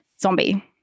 zombie